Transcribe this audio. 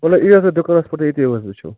وَلہٕ یِیِو حظ تُہۍ دُکانَس پٮ۪ٹھ ییٚتی حظ وٕچھو